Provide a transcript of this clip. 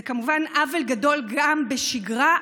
זה כמובן עוול גדול גם בשגרה,